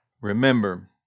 Remember